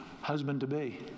husband-to-be